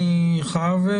הנוסח.